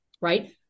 right